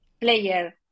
player